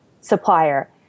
Supplier